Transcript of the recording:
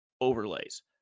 overlays